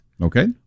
Okay